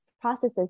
processes